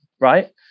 Right